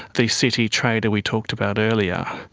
the city trader we talked about earlier.